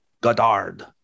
Godard